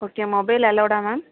okay mobile அலோடா ma'am